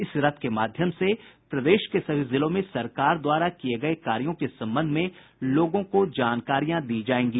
इस रथ के माध्यम से प्रदेश के सभी जिलों में सरकार द्वारा किये गये कार्यों के संबंध में लोगों को जानकारियां दी जायेंगी